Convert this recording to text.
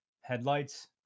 headlights